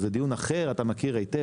זה דיון אחר, אתה מכיר היטב.